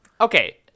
Okay